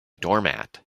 doormat